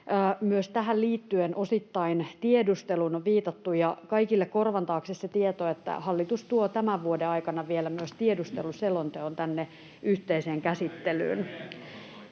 tähän liittyen on viitattu tiedusteluun, ja kaikille korvan taakse se tieto, että hallitus tuo tämän vuoden aikana vielä myös tiedusteluselonteon tänne yhteiseen käsittelyyn.